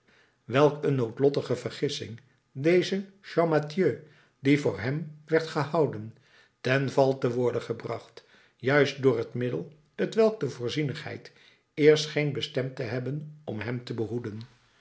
welk een noodlottige vergissing deze champmathieu die voor hem werd gehouden ten val te worden gebracht juist door het middel t welk de voorzienigheid eerst scheen bestemd te hebben om hem te behoeden